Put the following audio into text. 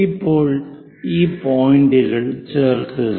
ഇപ്പോൾ ഈ പോയിന്റുകൾ ചേർക്കുക